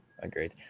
Agreed